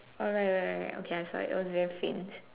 oh right right right right okay I saw it it was very faint